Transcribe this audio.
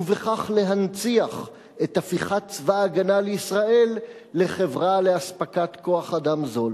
ובכך להנציח את הפיכת צבא-הגנה לישראל לחברה לאספקת כוח-אדם זול.